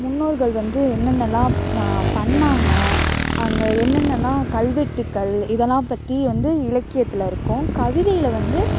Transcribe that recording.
முன்னோர்கள் வந்து என்னென்னலாம் பண்ணிணாங்க அங்கே என்னென்னலாம் கல்வெட்டுக்கள் இதெல்லாம் பற்றி வந்து இலக்கியத்தில் இருக்கும் கவிதையில் வந்து